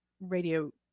radio